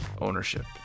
ownership